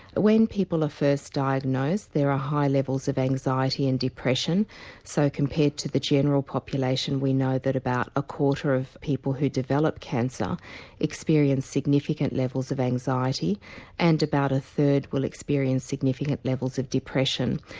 when people are first diagnosed there are high levels of anxiety and depression so compared to the general population we know that about a quarter of people who develop cancer experience significant levels of anxiety and about a third will experience significant levels of depression.